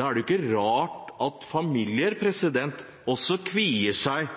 er det ikke rart at familier kvier seg